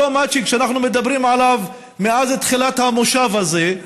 אותו מצ'ינג שאנחנו מדברים עליו מאז תחילת המושב הזה,